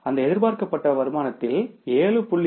அந்த எதிர்பார்க்கப்பட்ட வருமானத்தில் 7